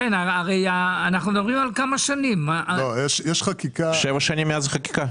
שבע שנים מאז החקיקה.